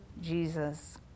Jesus